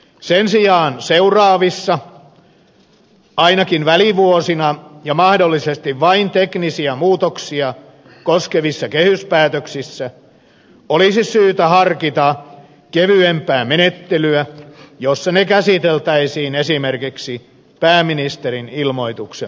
sen sijaan seuraavissa ainakin välivuosina ja mahdollisesti vain teknisiä muutoksia koskevissa kehyspäätöksissä olisi syytä harkita kevyempää menettelyä jossa kehykset käsiteltäisiin esimerkiksi pääministerin ilmoituksen perusteella